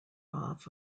off